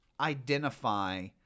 identify